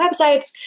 websites